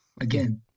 Again